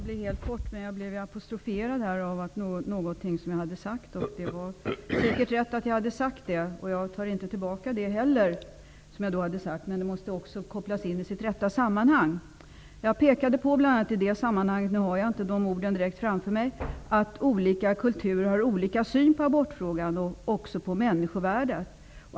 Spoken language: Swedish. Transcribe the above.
Fru talman! Jag skall hålla mig kort. Någonting som jag har sagt apostroferades. Det var säkert rätt att jag hade sagt det, och jag tar inte tillbaka det, men det måste sättas in i sitt rätta sammanhang. Jag har inte orden framför mig, men jag pekade på att olika kulturer har olika syn på abortfrågan och också på människovärde.